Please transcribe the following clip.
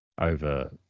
over